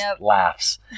laughs